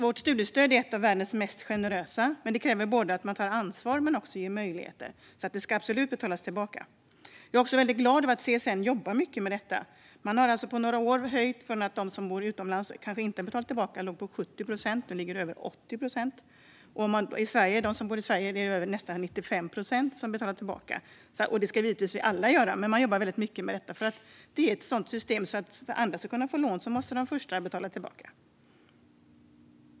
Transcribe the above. Vårt studiestöd är ett av världens mest generösa, men det kräver ansvar och ger möjligheter. Det ska absolut betalas tillbaka. Jag är glad över att CSN jobbar mycket med återbetalningarna. På några år har CSN ökat mängden återbetalande; återbetalningarna från dem som bor utomlands låg tidigare på 70 procent och är nu över 80 procent. Av dem som bor i Sverige är det nästan 95 procent som betalar tillbaka. Betala tillbaka ska givetvis alla göra, och CSN jobbar mycket med detta. Systemet innebär att för att andra ska få lån måste de första betala tillbaka.